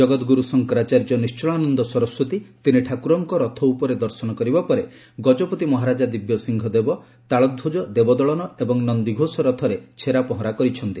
ଜଗତ୍ଗୁରୁ ଶଙ୍କରାଚାର୍ଯ୍ୟ ନିଶ୍କଳାନନ୍ଦ ସରସ୍ୱତୀ ତିନି ଠାକୁରଙ୍କୁ ରଥ ଉପରେ ଦର୍ଶନ କରିବା ପରେ ଗଜପତି ମହାରାଜା ଦିବ୍ୟସିଂହ ଦେବ ତାଳଧ୍ୱକ ଦେବଦଳନ ଏବଂ ନନୀଘୋଷ ରଥରେ ଛେରାପହଁରା କରିଛନ୍ତି